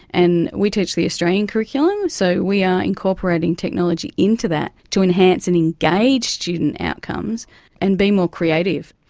and we teach the australian curriculum, so we are incorporating technology into that to enhance and engage student outcomes and be more creative.